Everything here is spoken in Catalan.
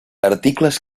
articles